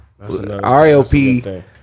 RLP